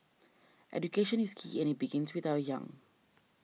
education is key and it begins with our young